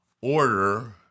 order